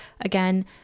again